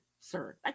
sir